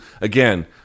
again